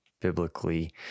biblically